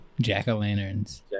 Jack-o'-lanterns